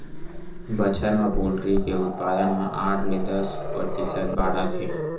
बछर म पोल्टी के उत्पादन ह आठ ले दस परतिसत बाड़हत हे